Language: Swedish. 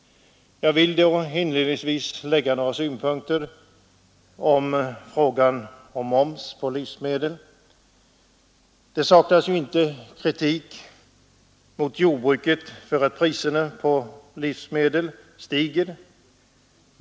Jag vill då inledningsvis framföra några synpunkter på frågan om moms på livsmedel. Det saknas inte kritik mot jordbruket för att priserna på livsmedel stiger.